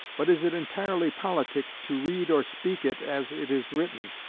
but is it entirely politic to read or speak it as it is written?